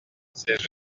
ces